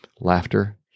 laughter